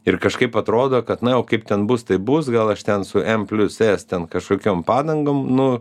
ir kažkaip atrodo kad na o kaip ten bus taip bus gal aš ten su m plius s ten kažkokiom padangom nu